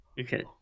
Okay